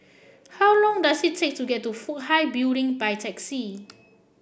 how long does it take to get to Fook Hai Building by taxi